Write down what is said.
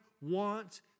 want